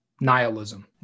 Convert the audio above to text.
nihilism